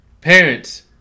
Parents